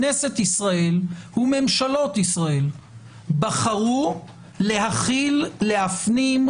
כנסת ישראל וממשלות ישראל בחרו להפנים,